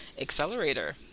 Accelerator